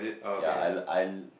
ya I lo~ l~